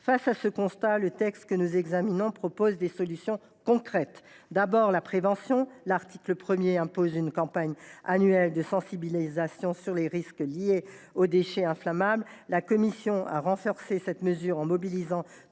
Face à ce constat, le texte que nous examinons prévoit des solutions concrètes. D’abord, la prévention : l’article 1 impose une campagne annuelle de sensibilisation sur les risques liés aux déchets inflammables. La commission a renforcé cette mesure en mobilisant